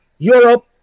Europe